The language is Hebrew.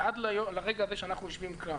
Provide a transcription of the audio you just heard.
ועד לרגע הזה שאנחנו יושבים כאן